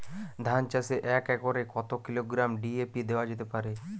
ধান চাষে এক একরে কত কিলোগ্রাম ডি.এ.পি দেওয়া যেতে পারে?